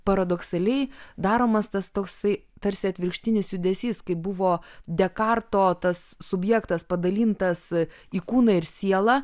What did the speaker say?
paradoksaliai daromas tas toksai tarsi atvirkštinis judesys kai buvo dekarto tas subjektas padalintas į kūną ir sielą